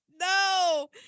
No